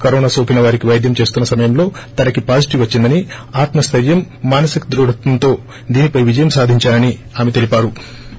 corona సోకిన వారికి పైద్యం చేస్తున్న సమయంలో తనకి పాజిటివ్ వచ్చిందని ఆత్మ స్థెర్యం మానసికంగా ధృఢత్వంతో దీనిపై విజయం సాధించానని ఆమె తెలిపారు